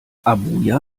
abuja